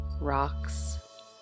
rocks